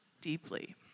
deeply